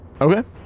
Okay